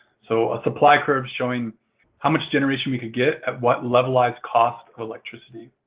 so, a supply curve showing how much generation we can get at what levelized cost of electricity.